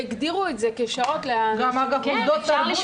שהגדירו את זה כשעות לאנשים מבוגרים.